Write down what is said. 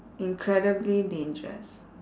incredibly dangerous